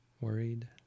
worried